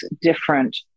different